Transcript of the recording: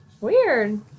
Weird